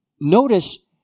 notice